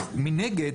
מנגד,